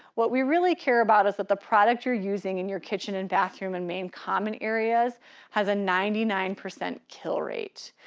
what we really care about is that the product using in your kitchen and bathroom and main common areas has a ninety nine percent kill rate.